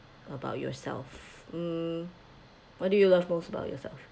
about yourself hmm what do you like most about yourself